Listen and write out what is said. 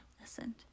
listened